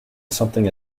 something